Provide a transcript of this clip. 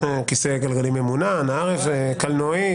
כיסא גלגלים ממונע, קלנועית.